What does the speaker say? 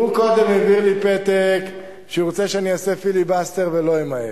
הוא קודם הביא לי פתק שהוא רוצה שאני אעשה פיליבסטר ולא אמהר.